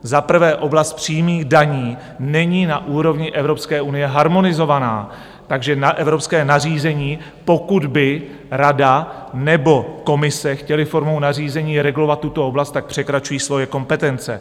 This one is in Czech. Za prvé, oblast přímých daní není na úrovni Evropské unie harmonizovaná, takže na evropské nařízení, pokud by Rada nebo komise chtěly formou nařízení regulovat tuto oblast, překračují svoje kompetence.